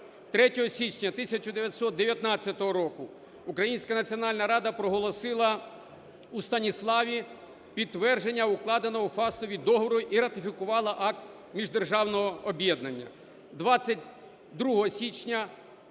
січня 1919 року Українська Національна Рада проголосила у Станіславі підтвердження укладеного у Фастові договору і ратифікувала акт міждержавного об'єднання. 22 січня